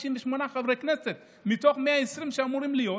98 חברי כנסת מתוך 120 שאמורים להיות.